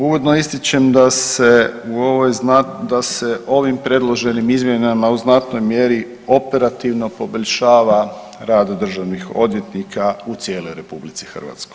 Uvodno ističem da se u ovoj, da se ovim predloženim izmjenama u znatnoj mjeri operativno poboljšava rad državnih odvjetnika u cijeloj RH.